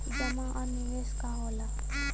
जमा और निवेश का होला?